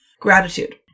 Gratitude